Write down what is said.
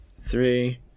three